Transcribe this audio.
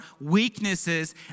weaknesses